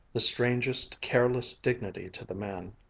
the strangest, careless dignity to the man.